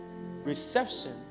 reception